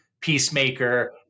peacemaker